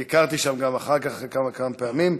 גם ביקרתי שם אחר כך כמה וכמה פעמים.